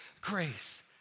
grace